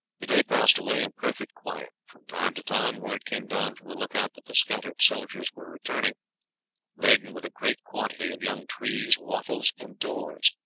the day passed away in perfect quiet. from time to time word came down from the look-out that the scattered soldiers were returning laden with a great quantity of young trees, wattles, and doors.